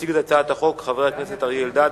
יציג את הצעת החוק חבר הכנסת אריה אלדד.